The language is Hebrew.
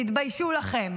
תתביישו לכם.